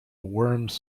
worms